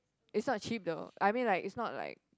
it's not cheap though I mean like it's not like